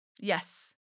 Yes